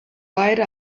beide